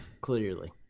clearly